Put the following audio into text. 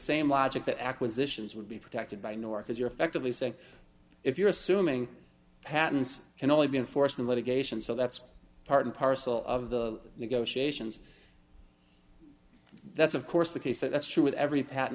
same logic that acquisitions would be protected by nor because you're effectively saying if you're assuming patents can only be enforced in litigation so that's part and parcel of the negotiations that's of course the case that's true of every patt